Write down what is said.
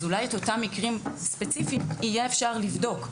אז אולי את אותם מקרים ספציפיים יהיה אפשר לבדוק.